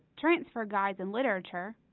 transfer guides and literature,